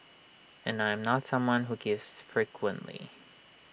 and I'm not someone who gives frequently